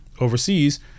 overseas